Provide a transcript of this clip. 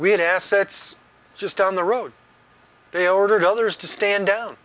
we had assets just down the road they ordered others to stand down